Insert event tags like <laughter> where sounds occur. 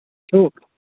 <unintelligible>